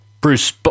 Bruce